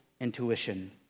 intuition